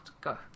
go